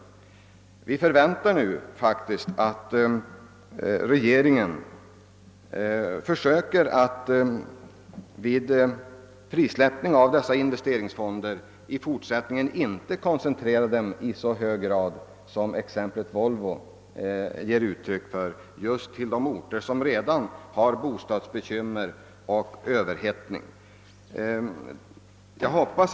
Inom centerpartiet förväntar vi nu faktiskt att regeringen försöker att vid frisläppning av investeringsfonder i fortsättningen inte koncentrera detta kapital i så hög grad som i fallet Volvo till orter där man redan har bostadsbekymmer och överhettning i ekonomin.